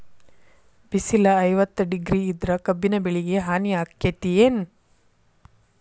ಬಿಸಿಲ ಐವತ್ತ ಡಿಗ್ರಿ ಇದ್ರ ಕಬ್ಬಿನ ಬೆಳಿಗೆ ಹಾನಿ ಆಕೆತ್ತಿ ಏನ್?